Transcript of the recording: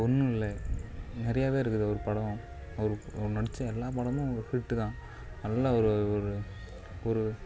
ஒன்று இல்லை நிறையாவே இருக்குது அவர் படம் அவர் நடித்த எல்லா படமும் ஒரு ஹிட்டு தான் நல்லா ஒரு ஒரு ஒரு